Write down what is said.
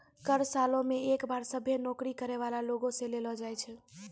कर सालो मे एक बार सभ्भे नौकरी करै बाला लोगो से लेलो जाय छै